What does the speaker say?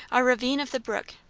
our ravine of the brook!